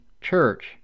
church